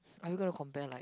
are you gonna compare like